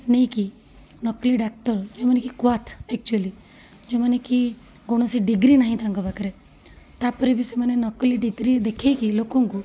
ନେଇକି ନକଲି ଡାକ୍ତର ଯେଉଁମାନେ କି କ୍ଵାର୍ଥ ଏକଚୋଲି ଯେଉଁମାନେ କି କୌଣସି ଡିଗ୍ରୀ ନାହିଁ ତାଙ୍କ ପାଖରେ ତାପରେ ବି ସେମାନେ ନକଲି ଡିଗ୍ରୀ ଦେଖେଇକି ଲୋକଙ୍କୁ